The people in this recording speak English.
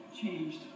changed